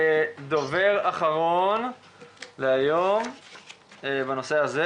דובר אחרון להיום בנושא הזה